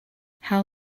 how